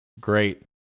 great